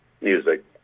music